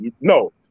no